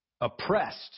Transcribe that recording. oppressed